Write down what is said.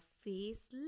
face